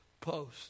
post